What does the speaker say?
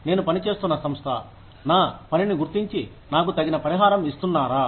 నేను పనిచేస్తున్న సంస్థ నా పనిని గుర్తించి నాకు తగిన పరిహారం ఇస్తున్నారా